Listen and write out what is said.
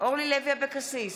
אורלי לוי אבקסיס,